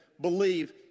believe